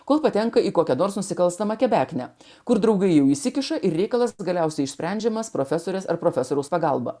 kol patenka į kokią nors nusikalstamą kebeknę kur draugai jau įsikiša ir reikalas galiausiai išsprendžiamas profesorės ar profesoriaus pagalba